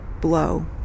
blow